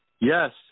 Yes